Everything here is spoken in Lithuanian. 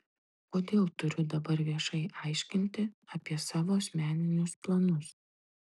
kodėl turiu dabar viešai aiškinti apie savo asmeninius planus